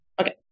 Okay